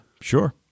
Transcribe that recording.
Sure